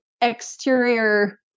exterior